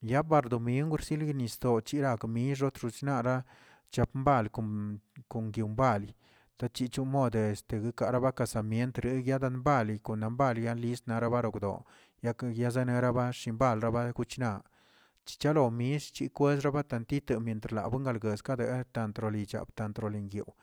ya bar domingw ni nisdo chirak yirotrix nara chap mbal kon kon par tachichon mode este yekara bakasam entre yaran bali konan yali aliz yarabara do yaken zane yeraba yembal raba chichalo misht kwercharo tantito mientr rabungalgueskae tantrolichab tantrolingyoo.